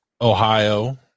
Ohio